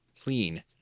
Clean